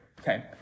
Okay